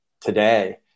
today